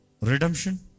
Redemption